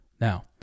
Now